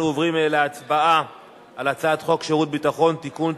אנחנו עוברים להצבעה על הצעת חוק שירות ביטחון (תיקון,